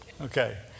Okay